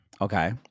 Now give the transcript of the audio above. Okay